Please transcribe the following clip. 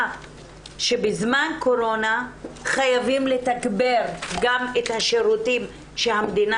שבזמן הקורונה חייבים לתגבר גם את השירותים שהמדינה